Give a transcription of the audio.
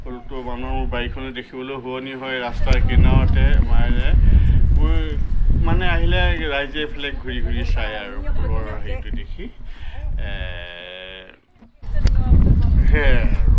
ফুলটো মানুহৰ বাৰীখনো দেখিবলৈ শুৱনি হয় ৰাস্তা কিনাৰতে মানে মই মানে আহিলে ৰাইজে এইফালে ঘূৰি ঘূৰি চায় আৰু ফুলৰ হেৰিটো দেখি সেয়াই আৰু